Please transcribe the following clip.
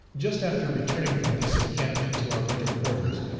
just after returning from this encampment to our winter quarters,